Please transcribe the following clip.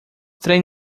trem